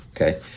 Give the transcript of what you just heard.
Okay